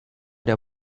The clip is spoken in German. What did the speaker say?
der